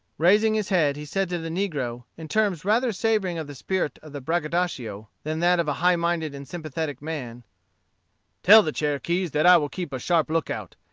raising his head, he said to the negro, in terms rather savoring of the spirit of the braggadocio than that of a high-minded and sympathetic man tell the cherokees that i will keep a sharp lookout,